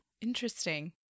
Interesting